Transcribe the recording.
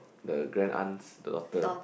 the grandaunt's daughter